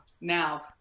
now